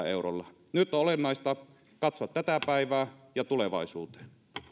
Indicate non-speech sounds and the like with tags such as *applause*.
*unintelligible* eurolla nyt on olennaista katsoa tätä päivää ja tulevaisuuteen